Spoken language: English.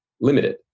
limited